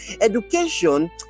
education